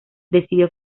decidió